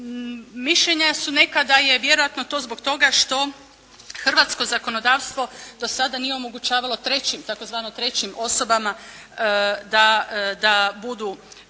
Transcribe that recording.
Mišljenja su neka da je vjerojatno to zbog toga što hrvatsko zakonodavstvo do sada nije omogućavalo trećim tzv. trećim osobama da budu,